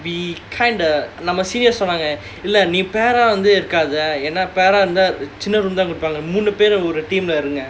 we kind of நம்ம:namma senior சொன்னாங்க:sonnaanga team leh இருங்க:irunga